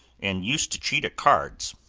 and used to cheat at cards.